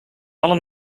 alle